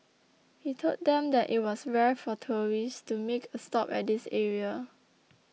he told them that it was rare for tourists to make a stop at this area